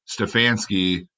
Stefanski